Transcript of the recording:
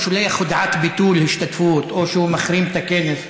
הוא שולח הודעת ביטול השתתפות או שהוא מחרים את הכנס.